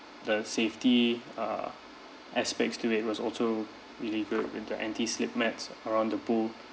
the safety uh aspects to it was also really good with the anti-slip mats around the pool